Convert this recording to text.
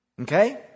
Okay